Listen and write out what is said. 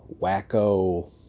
Wacko